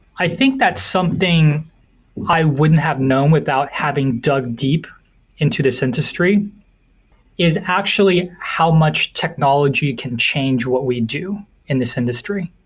i think that's something i wouldn't have known without having dug deep into this industry is actually how much technology can change what we do in this industry.